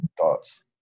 thoughts